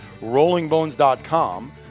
rollingbones.com